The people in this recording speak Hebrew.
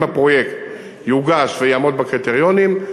ואם הפרויקט יוגש ויעמוד בקריטריונים,